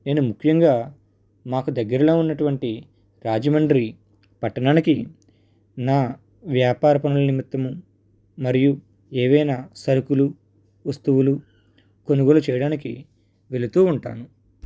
నేను ముఖ్యంగా మాకు దగ్గరలో ఉన్నటువంటి రాజమండ్రి పట్టణానికి నా వ్యాపార పనుల నిమిత్తము మరియు ఏవైనా సరుకులు వస్తువులు కొనుగోలు చేయడానికి వెళుతూ ఉంటాను